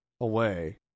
away